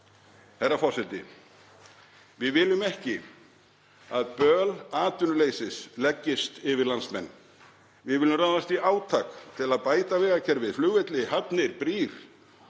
Herra forseti. Við viljum ekki að böl atvinnuleysis leggist yfir landsmenn. Við viljum ráðast í átak til að bæta vegakerfið, flugvelli, hafnir, brýr